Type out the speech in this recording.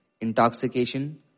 intoxication